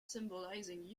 symbolizing